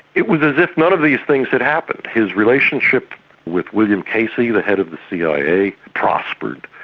it was as if none of these things had happened. his relationship with william casey, the head of the cia, prospered.